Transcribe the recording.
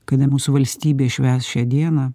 kada mūsų valstybė švęs šią dieną